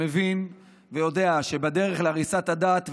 מבין ויודע שזה בדרך להריסת הדת,